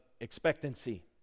expectancy